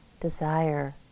desire